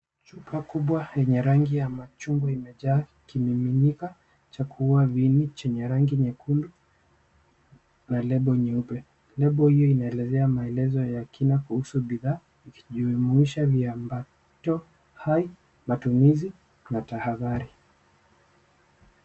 Chupa kubwa yenye rangi ya machungwa imejaa kimiminika cha kuua viini chenye rangi nyekundu na lebo nyeupe. Lebo hiyo inaelezea maelezo ya kina kuhusu bidhaa ikijumuishi viambato hai, matumizi na tahadhari.